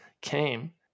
came